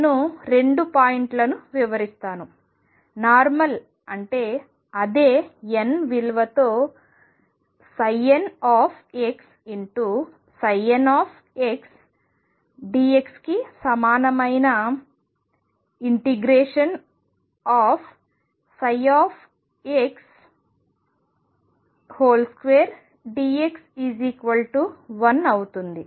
నేను రెండు పాయింట్లను వివరిస్తాను నార్మల్ అంటే అదే n విలువ తో nxndx కి సమానమైన ψ2dx 1 అవుతుంది